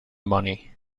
money